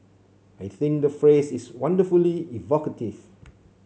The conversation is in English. I think the phrase is wonderfully evocative